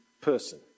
person